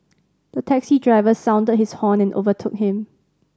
the taxi driver sounded his horn and overtook him